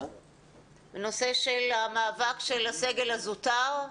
בנושא המאבק של הסגל הזוטר,